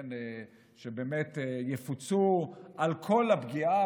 שבאמת יפוצו על כל הפגיעה,